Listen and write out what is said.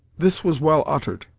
this was well uttered,